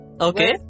Okay